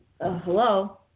hello